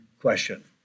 question